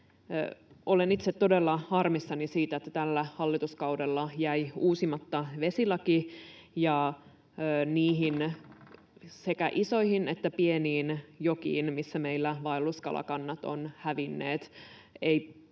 Olen itse todella harmissani siitä, että tällä hallituskaudella jäi uusimatta vesilaki ja niihin sekä isoihin että pieniin jokiin, missä meillä vaelluskalakannat ovat hävinneet, ei vieläkään